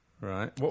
Right